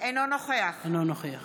אינו נוכח